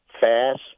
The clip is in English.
fast